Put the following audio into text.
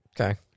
Okay